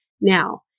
Now